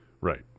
Right